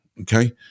okay